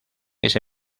ese